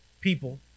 people